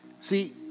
See